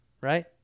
Right